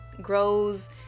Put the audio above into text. grows